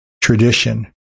tradition